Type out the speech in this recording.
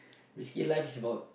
we see life is about